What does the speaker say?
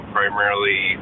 primarily